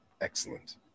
Excellent